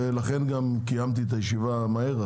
ולכן גם קיימתי את הישיבה מהר,